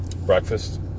breakfast